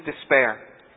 despair